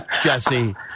Jesse